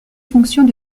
fonctions